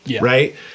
right